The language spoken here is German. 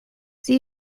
sie